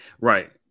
Right